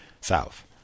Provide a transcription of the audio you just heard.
South